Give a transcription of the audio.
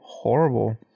horrible